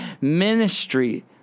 ministry